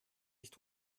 nicht